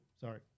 sorry